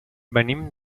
venim